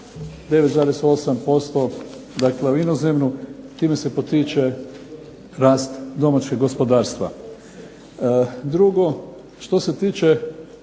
9,8% u inozemnu. Time se potiče rast domaćeg gospodarstva. Drugo, što se tiče